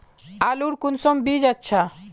आलूर कुंसम बीज अच्छा?